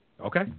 Okay